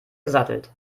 gesattelt